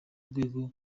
rwego